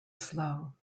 slow